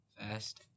Fast